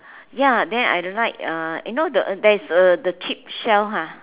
ya then I like uh you know the there is the cheap shell ha